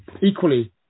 equally